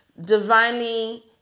divinely